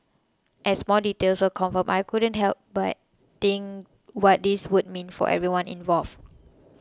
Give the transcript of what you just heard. as more details were confirmed I couldn't help but think what this would mean for everyone involved